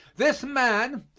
this man,